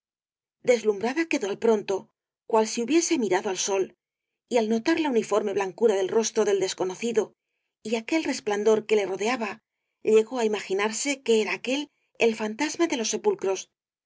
deslumbrada quedó al pronto cual si hubiese mirado al sol y al notar la uniforme blancura del rostro del desconocido y aquel resplandor que le rodeaba llegó á imaginarse que era aquél el fantasma de los sepulcros